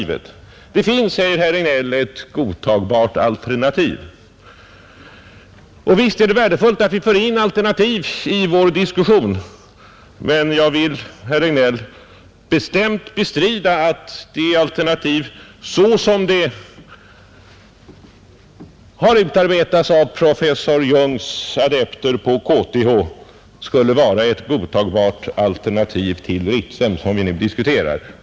Visst är det värdefullt att vi för in alternativ i vår diskussion. Men jag vill, herr Regnéll, bestämt bestrida att detta alternativ, såsom det utarbetats av professor Jungs adepter på KTH, skulle vara ett godtagbart alternativ till Ritsem.